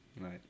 Right